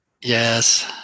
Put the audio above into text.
Yes